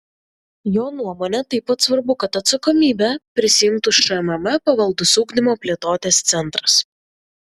jo nuomone taip pat svarbu kad atsakomybę prisiimtų šmm pavaldus ugdymo plėtotės centras